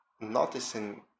noticing